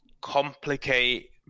complicate